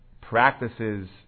practices